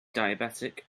diabetic